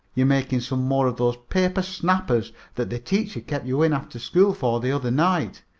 you're making some more of those paper snappers that the teacher kept you in after school for the other night.